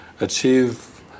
achieve